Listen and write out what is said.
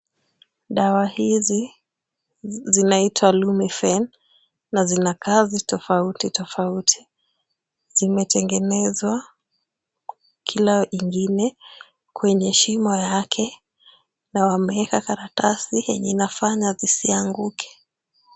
Dawa hizi zinaitwa Lumifen na zina kazi tofauti tofauti. Zimetengenezwa kila ingine kwenye shimo yake na wameweka karatasi yenye inafanya zisianguke.